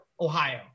Ohio